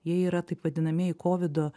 jie yra taip vadinamieji kovido